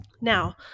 Now